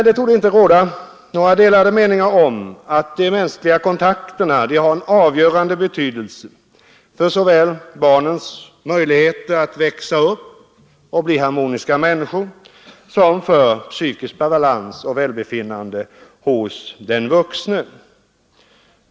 Det torde inte råda några delade meningar om att de mänskliga kontakterna har en avgörande betydelse såväl för barnens möjligheter att växa upp och bli harmoniska människor som för psykisk balans och välbefinnande hos den vuxne.